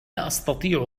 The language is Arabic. أستطيع